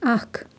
اكه